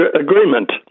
agreement